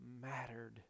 mattered